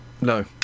No